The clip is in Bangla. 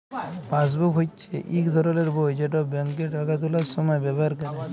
পাসবুক হচ্যে ইক ধরলের বই যেট ব্যাংকে টাকা তুলার সময় ব্যাভার ক্যরে